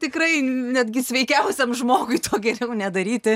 tikrai netgi sveikiausiam žmogui to geriau nedaryti